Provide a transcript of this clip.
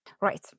Right